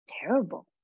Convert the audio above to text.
terrible